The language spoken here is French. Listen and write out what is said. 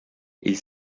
ils